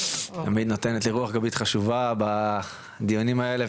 שתמיד נותנת לי רוח גבית חשובה בדיונים האלה,